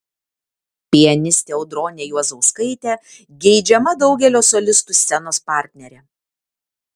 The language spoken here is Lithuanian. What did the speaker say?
pianistė audronė juozauskaitė geidžiama daugelio solistų scenos partnerė